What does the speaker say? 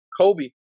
Kobe